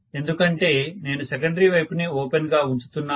ఎందుకంటే నేను సెకండరీ వైపుని ఓపెన్ గా ఉంచుతున్నాను